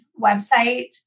website